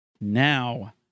now